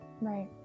Right